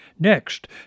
Next